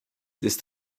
ist